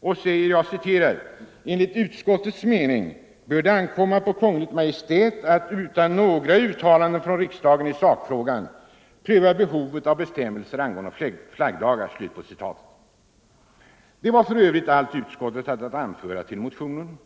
och säger: ”Enligt utskottets mening bör det ankomma på Kungl. Maj:t att — utan några uttalanden av riksdagen i sakfrågan — pröva behovet av bestämmelser angående flaggdagar.” Det var för övrigt allt utskottet hade att anföra till motionen.